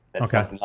Okay